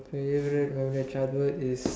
favourite during my childhood is